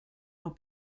nhw